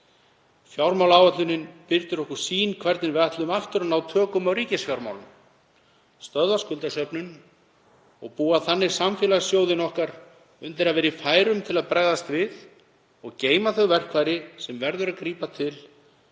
Fjármálaáætlunin birtir okkur sýn á það hvernig við ætlum aftur að ná tökum á ríkisfjármálunum, stöðva skuldasöfnun og búa þannig samfélagssjóð okkar undir að vera í færum til að bregðast við og geyma þau verkfæri sem verður að grípa til,